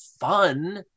fun